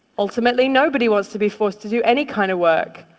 ultimately, nobody wants to be forced to do any kind of work,